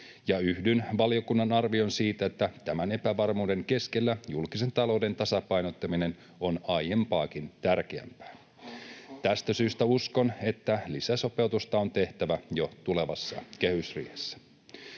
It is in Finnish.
Yhdyn valiokunnan arvioon siitä, että tämän epävarmuuden keskellä julkisen talouden tasapainottaminen on aiempaakin tärkeämpää. Tästä syystä uskon, että lisäsopeutusta on tehtävä jo tulevassa kehysriihessä.